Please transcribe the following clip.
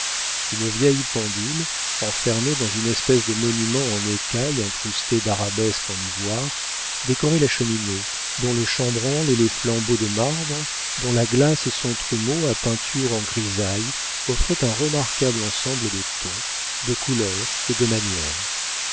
une vieille pendule enfermée dans une espèce de monument en écaille incrusté d'arabesques en ivoire décorait la cheminée dont le chambranle et les flambeaux de marbre dont la glace et son trumeau à peinture en grisaille offraient un remarquable ensemble de ton de couleur et de manière